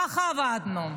כך עבדנו.